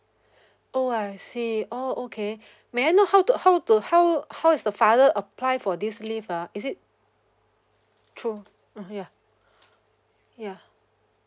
oh I see oh okay may I know how to how to how how is the father apply for this leave ah is it through uh yeah yeah